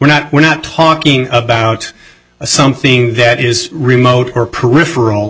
we're not we're not talking about something that is remote or peripheral